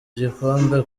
gikombe